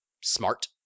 smart